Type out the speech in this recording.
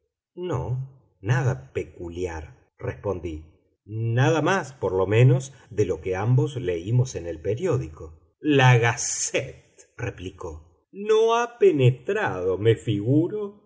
no nada peculiar respondí nada más por lo menos de lo que ambos leímos en el periódico la gazette replicó no ha penetrado me figuro